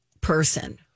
person